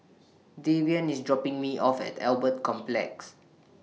Davion IS dropping Me off At Albert Complex